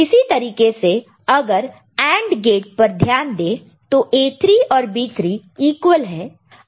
इसी तरीके से अगर इस AND गेट पर ध्यान दें तो A3 और B3 इक्वल है